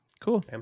Cool